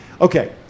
okay